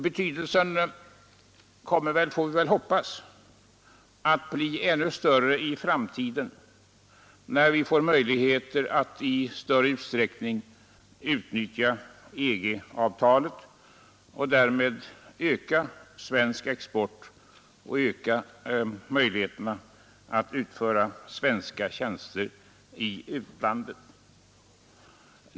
Betydelsen kommer — får vi väl hoppas — att bli ännu större i framtiden när vi i större utsträckning kan utnyttja EG-avtalet och därmed öka svensk export och möjligheterna att utföra svenska tjänster i utlandet.